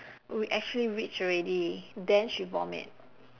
we actually reach already then she vomit